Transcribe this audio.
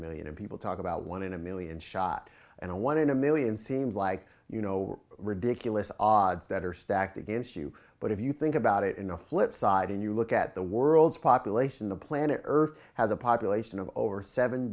million people talk about one in a million shot and one in a million seems like you know ridiculous that are stacked against you but if you think about it in the flipside and you look at the world's population the planet earth has a population of over seven